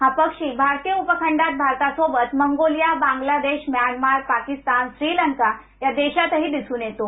हा पक्षी भारतीय उपखंडात भारतासोबत मंगोलिया बांगलादेश म्यानमार पाकिस्तान श्रीलंका या देशातही दिसून येतो